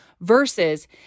versus